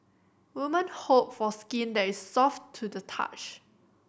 women hope for skin that is soft to the touch